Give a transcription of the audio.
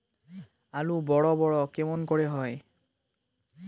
আলু বড় বড় কেমন করে হয়?